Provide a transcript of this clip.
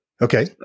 Okay